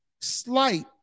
slight